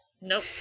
nope